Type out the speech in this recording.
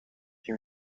you